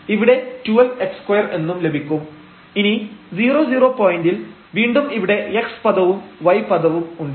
ഇവിടെ 12 x2 എന്നും ലഭിക്കും ഇനി 00 പോയന്റിൽ വീണ്ടും ഇവിടെ x പദവും y പദവും ഉണ്ട്